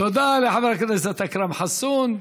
תודה לחבר הכנסת אכרם חסון.